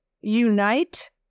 unite